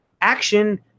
action